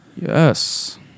yes